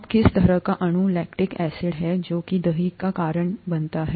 अब किस तरह का अणु लैक्टिक एसिड है जो कि दही के कारण क्या है